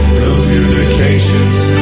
communications